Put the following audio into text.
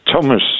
Thomas